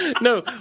No